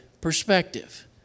perspective